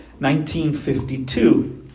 1952